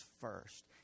first